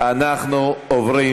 אנחנו עוברים